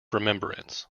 remembrance